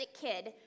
kid